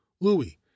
Louis